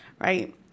right